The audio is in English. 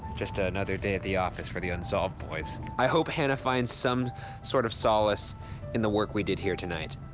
just ah another day at the office for the unsolved boys. i hope hannah finds some sort of solace in the work we did here tonight.